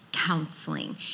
counseling